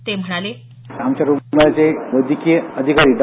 ते म्हणाले आमच्या रुग्णालयाचे वैद्यकीय अधिकारी डॉ